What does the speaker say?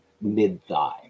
mid-thigh